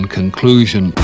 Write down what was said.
conclusion